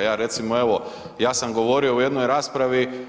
Ja recimo evo, ja sam govorio u jednoj raspravi